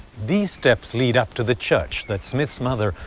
these steps lead up to the church that smith's mother,